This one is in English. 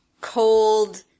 cold